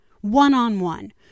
one-on-one